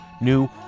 new